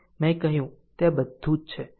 મેં કહ્યું ત્યાં બધું છે